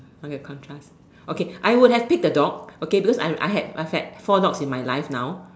okay contrast okay I would have take the dog okay because I had I had four dogs in my life now